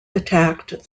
attacked